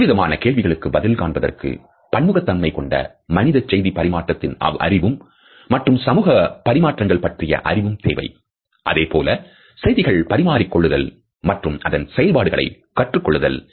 இவ்விதமான கேள்விகளுக்கு பதில் காண்பதற்கு பன்முகத்தன்மை கொண்ட மனித செய்திப் பரிமாற்றத்தின் அறிவும் மற்றும் சமூக பரிமாற்றங்கள் பற்றிய அறிவும் தேவை அதேபோல செய்திகளை பரிமாறிக் கொள்ளுதல் மற்றும் அதன் செயல்பாடுகளை கற்றுக்கொள்ளுதல்